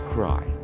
Cry